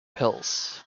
pills